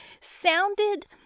sounded